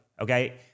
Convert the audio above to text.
okay